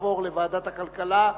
תעבור לוועדת הכלכלה,